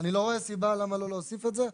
אני לא רואה סיבה למה לא להוסיף את זה.